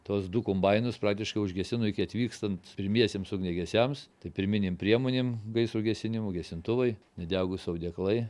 tuos du kombainus praktiškai užgesino iki atvykstant pirmiesiems ugniagesiams tai pirminėm priemonėm gaisrų gesinimo gesintuvai nedegūs audeklai